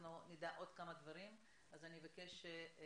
ונדע עוד כמה דברים, אז אני אבקש דיון